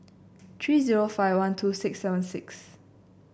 three zero five one two six seven six